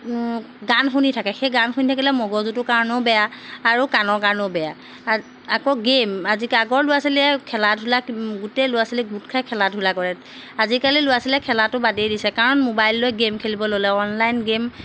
গান শুনি থাকে সেই গান শুনি থাকিলে মগজুটোৰ কাৰণেও বেয়া আৰু কাণৰ কাৰণেও বেয়া আ আকৌ গে'ম আজি আগৰ ল'ৰা ছোৱালীয়ে খেলা ধূলা গোটেই ল'ৰা ছোৱালীয়ে গোট খাই খেলা ধূলা কৰে আজিকালি ল'ৰা ছোৱালীয়ে খেলাটো বাদেই দিছে কাৰণ মোবাইল লৈ গে'ম খেলিব ল'লে অনলাইন গে'ম